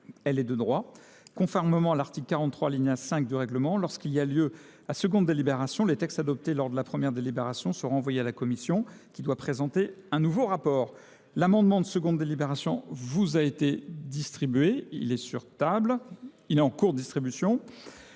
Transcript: elle est de droit. Conformement à l'article 43, lignée 5 du règlement, lorsqu'il y a lieu à seconde délibération, les textes adoptés lors de s'adopter lors de la première délibération sera envoyé à la Commission, qui doit présenter un nouveau rapport. L'amendement de seconde délibération vous a été distribué, il est sur table, il est en cours de distribution.